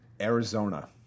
Arizona